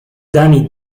danny